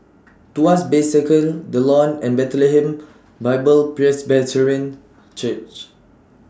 Tuas Bay Circle The Lawn and Bethlehem Bible Presbyterian Church